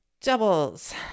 Doubles